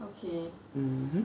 mmhmm